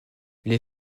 les